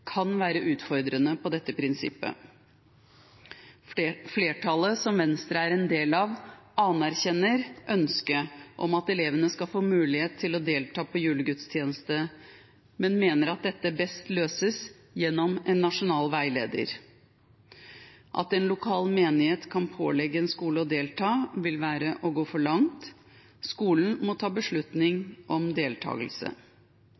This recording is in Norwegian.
kan være utfordrende med hensyn til dette prinsippet. Flertallet, som Venstre er en del av, anerkjenner ønsket om at elevene skal få mulighet til å delta på julegudstjeneste, men mener at dette best løses gjennom en nasjonal veileder. At en lokal menighet kan pålegge en skole å delta, vil være å gå for langt. Skolen må ta